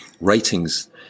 ratings